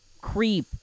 Creep